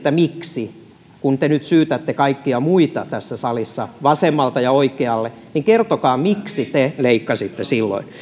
miksi kun te nyt syytätte kaikkia muita tässä salissa vasemmalta ja oikealta niin kertokaa miksi te leikkasitte silloin